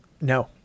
No